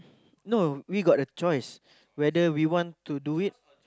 no we got a choice whether we want to do it